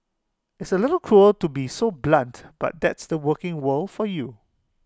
it's A little cruel to be so blunt but that's the working world for you